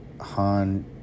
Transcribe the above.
han